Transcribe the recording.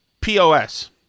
POS